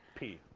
pee.